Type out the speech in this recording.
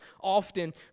often